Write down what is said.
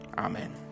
Amen